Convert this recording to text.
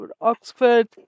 Oxford